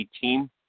team